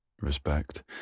respect